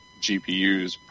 GPUs